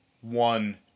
one